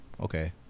Okay